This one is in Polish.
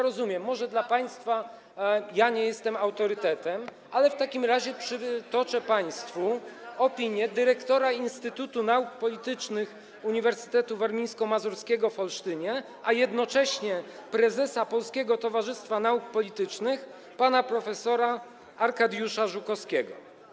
Rozumiem, może dla państwa nie jestem autorytetem, ale w takim razie przytoczę państwu opinię dyrektora Instytutu Nauk Politycznych Uniwersytetu Warmińsko-Mazurskiego w Olsztynie, a jednocześnie prezesa Polskiego Towarzystwa Nauk Politycznych pana prof. Arkadiusza Żukowskiego.